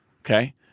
Okay